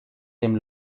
dem